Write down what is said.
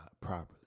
properly